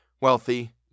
wealthy